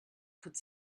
could